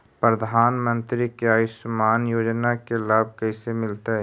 प्रधानमंत्री के आयुषमान योजना के लाभ कैसे मिलतै?